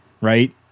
Right